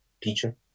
teacher